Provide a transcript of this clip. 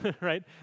right